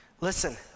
Listen